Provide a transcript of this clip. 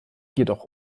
jedoch